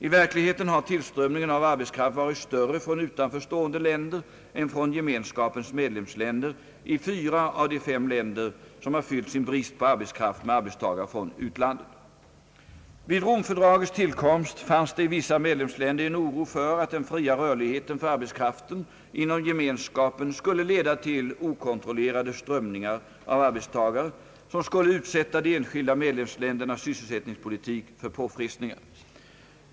I verkligheten har tillströmningen av arbetskraft varit större från utanför stående länder än från gemenskapens medlemsländer i fyra av de fem länder som har fyllt sin brist på arbetskraft med arbetstagare från utlandet. Vid Romfördragets tillkomst fanns det i vissa medlemsländer en oro för att den fria rörligheten för arbetskraften inom gemenskapen skulle leda till okontrollerade strömningar av arbetstagare, som skulle utsätta de enskilda medlemsländernas sysselsättningspolitik för påfrestningar.